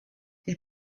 ils